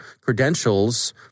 credentials